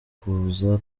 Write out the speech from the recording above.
kuza